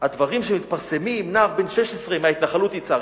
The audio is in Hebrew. הדברים שמתפרסמים, נער בן 16 מההתנחלות יצהר.